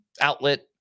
outlet